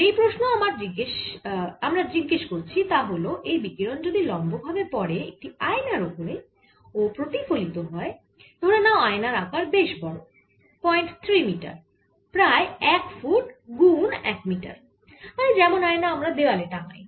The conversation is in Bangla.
যেই প্রশ্ন আমরা জিজ্ঞেস করছি তা হল এই বিকিরণ যদি লম্ব ভাবে পড়ে একটি আয়নার ওপরে ও প্রতিফলিত হয় ধরে নাও আয়নার আকার বেশ বড় 03 মিটার প্রায় 1 ফুট গুন 1 মিটার মানে যেমন আয়না আমরা দেওয়ালে টাঙাই